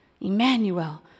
Emmanuel